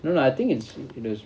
no lah I think it's stupid as